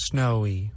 Snowy